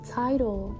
title